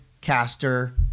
caster